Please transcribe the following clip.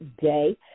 day